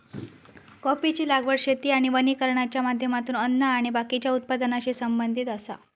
कॉफीची लागवड शेती आणि वानिकरणाच्या माध्यमातून अन्न आणि बाकीच्या उत्पादनाशी संबंधित आसा